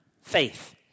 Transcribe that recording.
faith